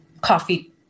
coffee